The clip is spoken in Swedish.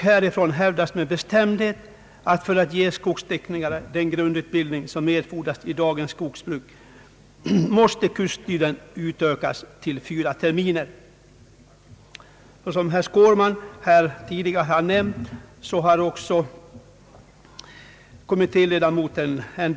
De hävdar med bestämdhet att för att ge skogsteknikerna den grundutbildning som erfordras i dagens skogsbruk måste kurstiden utökas till fyra terminer. Som herr Skårman här tidigare har nämnt, har också kommittéledamoten N.